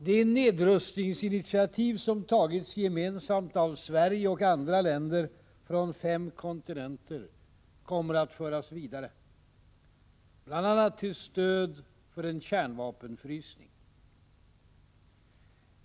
De nedrustningsinitiativ som tagits gemensamt av Sverige och andra länder från fem kontinenter kommer att föras vidare, bl.a. till stöd för en, kärnvapenfrysning.